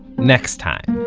next time.